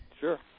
Sure